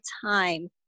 time